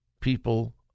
people